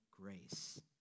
grace